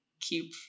keep